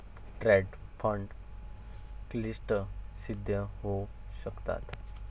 trust fund क्लिष्ट सिद्ध होऊ शकतात